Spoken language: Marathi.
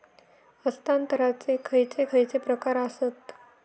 हस्तांतराचे खयचे खयचे प्रकार आसत?